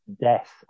death